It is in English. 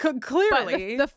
Clearly